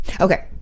Okay